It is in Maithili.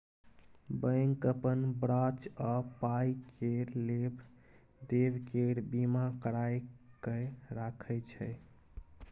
बैंक अपन ब्राच आ पाइ केर लेब देब केर बीमा कराए कय राखय छै